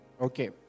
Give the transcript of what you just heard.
okay